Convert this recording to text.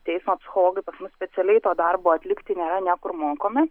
eismo psichologai pas mus specialiai to darbo atlikti nėra niekur mokomi